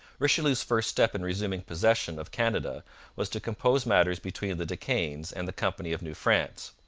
richelieu's first step in resuming possession of canada was to compose matters between the de caens and the company of new france.